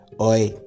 oi